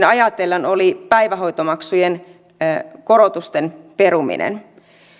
ajatellen oli päivähoitomaksujen korotusten peruminen